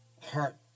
heart